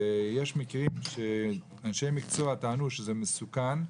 ויש מקרים שאנשי מקצוע טענו שזה מסוכן,